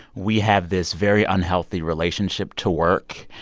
we have this very unhealthy relationship to work.